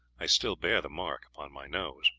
i still bear the mark upon my nose.